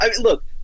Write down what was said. look